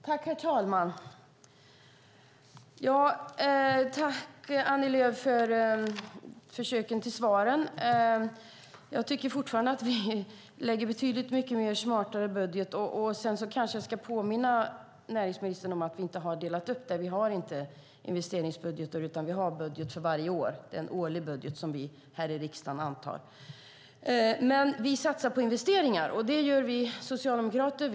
Herr talman! Jag tackar Annie Lööf för försök till svar. Jag tycker fortfarande att vi lägger fram en mycket smartare budget. Sedan ska jag kanske påminna näringsministern om att vi inte har delat upp det. Vi har inte investeringsbudgetar, utan vi har en budget för varje år. Vi antar här i riksdagen en årlig budget. Men vi socialdemokrater vill satsa på investeringar.